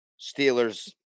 Steelers